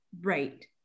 Right